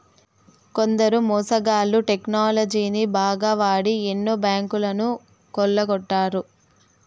కొందరు మోసగాళ్ళు టెక్నాలజీని బాగా వాడి ఎన్నో బ్యాంకులను కొల్లగొట్టారు